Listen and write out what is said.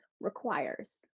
requires